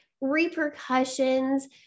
repercussions